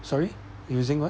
sorry using what